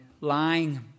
lying